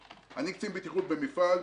אני קצין בטיחות במפעל,